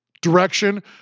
direction